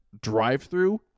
drive-through